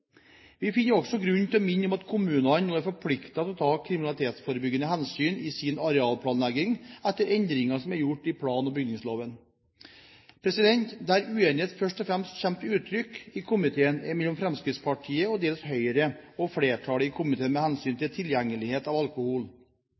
Vi finner også grunn til å minne om at kommunene nå er forpliktet til å ta kriminalitetsforebyggende hensyn i sin arealplanlegging, etter endringene som er gjort i plan- og bygningsloven. Der uenighet først og fremst kommer til uttrykk i komiteen, er mellom Fremskrittspartiet og til dels Høyre og flertallet i komiteen med hensyn